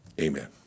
amen